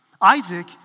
Isaac